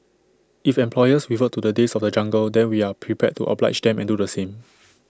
if employers revert to the days of the jungle then we are prepared to oblige them and do the same